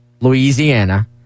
Louisiana